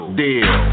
deal